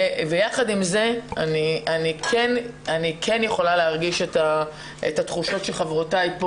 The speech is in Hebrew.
יחד עם זאת אני כן כולה להרגיש את תחושות שמרגישות חברותיי.